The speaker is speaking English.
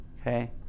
Okay